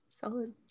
solid